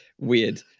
weird